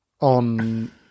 on